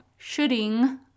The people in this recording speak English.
shooting